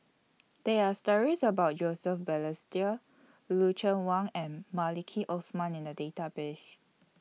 There Are stories about Joseph Balestier Lucien Wang and Maliki Osman in The Database